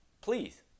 please